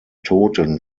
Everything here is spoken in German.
toten